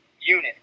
Unit